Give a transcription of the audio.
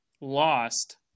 lost